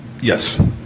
Yes